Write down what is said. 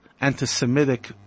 anti-Semitic